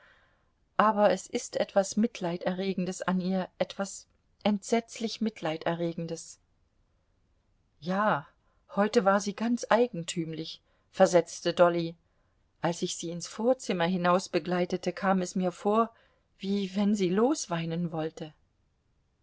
aber es ist etwas mitleiderregendes an ihr etwas entsetzlich mitleiderregendes ja heute war sie ganz eigentümlich versetzte dolly als ich sie ins vorzimmer hinausbegleitete kam es mir vor wie wenn sie losweinen wollte